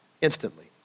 instantly